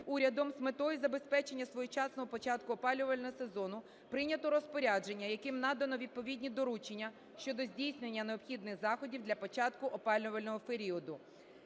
Урядом з метою забезпечення своєчасного початку опалювального сезону прийнято Розпорядження, яким надано відповідні доручення щодо здійснення необхідних заходів для початку опалювального періоду.